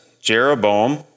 Jeroboam